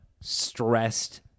stressed